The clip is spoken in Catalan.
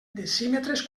decímetres